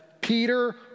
Peter